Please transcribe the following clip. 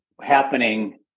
happening